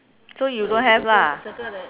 so you don't have lah